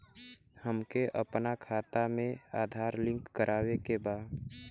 हमके अपना खाता में आधार लिंक करावे के बा?